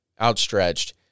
outstretched